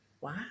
Wow